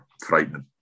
frightening